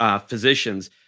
physicians